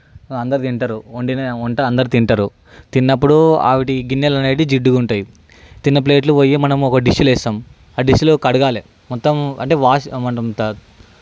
అందరూ తింటారు వండిన వంట అందరు తింటారు తిన్నప్పుడు ఆ వీటి గిన్నెలనేటివి జిడ్డుగా ఉంటాయి తిన్న ప్లేట్లు పొయ్యి మనం ఒక డిష్లో వేస్తాం ఆ డిష్లో కడగాలి మొత్తం అంటే వాష్